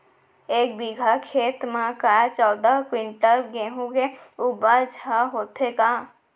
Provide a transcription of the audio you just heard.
एक बीघा खेत म का चौदह क्विंटल गेहूँ के उपज ह होथे का?